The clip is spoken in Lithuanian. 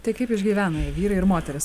tai kaip išgyvena vyrai ir moterys